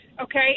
Okay